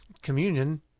Communion